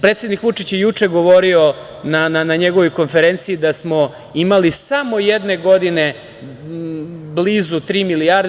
Predsednik Vučić je juče govorio na njegovoj konferenciji da smo imali samo jedne godine blizu tri milijarde.